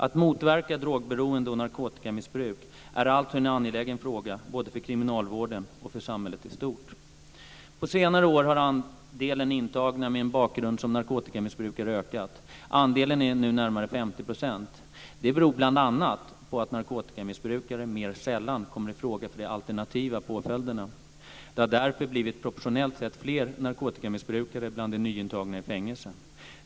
Att motverka drogberoende och narkotikamissbruk är alltså en angelägen fråga både för kriminalvården och för samhället i stort. På senare år har andelen intagna med en bakgrund som narkotikamissbrukare ökat. Andelen är nu närmare 50 %. Det beror bl.a. på att narkotikamissbrukare mer sällan kommer i fråga för de alternativa påföljderna. Det har därför blivit proportionellt sett fler narkotikamissbrukare bland de nyintagna i fängelse.